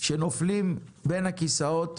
שנופלים בין הכיסאות,